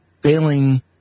failing